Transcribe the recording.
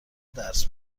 درس